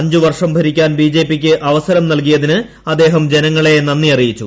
അഞ്ചുവർഷം ഭരിക്കാൻ ബിജെപിക്ക് അവസരം നൽകിയതിന് അദ്ദേഹം ജനങ്ങളെ നന്ദി അറിയിച്ചു